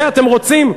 את זה אתם רוצים?